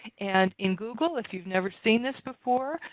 and in google, if you've never seen this before,